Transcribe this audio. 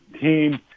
team